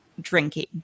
drinking